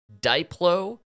Diplo